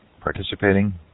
participating